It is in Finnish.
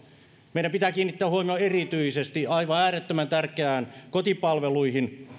meidän pitää kiinnittää huomiota erityisesti aivan äärettömän tärkeisiin kotipalveluihin